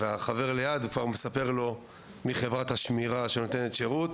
העסק השכן כבר מיד מספר לו מי היא חברת השמירה שנותנת שירות.